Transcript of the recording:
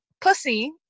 pussy